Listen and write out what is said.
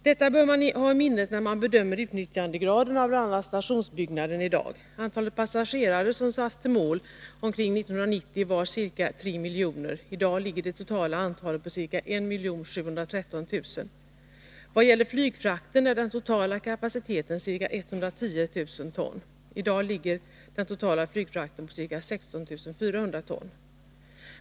Detta bör man ha i minnet, när man bedömer utnyttjandegraden i fråga om bl.a. stationsbyggnaden i dag. Antalet passagerare som hade satts som mål för 1990 var ca 3 000 000. I dag ligger det totala antalet på ca 1713 000. Vad gäller flygfrakten är den totala kapaciteten ca 110 000 ton. I dag ligger den totala flygfrakten på ca 16 400 ton.